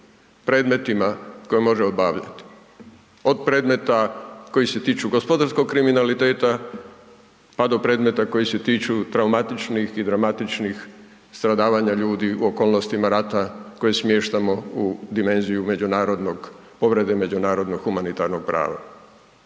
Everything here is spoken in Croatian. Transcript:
predmetima koje može obavljati, od predmeta koji se tiču gospodarskog kriminaliteta pa do predmeta koji se tiču traumatičnim i dramatičnih stradavanja ljudi u okolnostima rata koje smještamo u dimenziju međunarodnog, povrede međunarodnog humanitarnog prava.